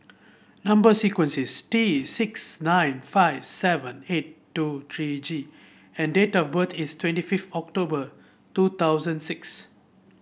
number sequence is T six nine five seven eight two three G and date of birth is twenty fifth October two thousand six